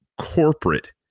corporate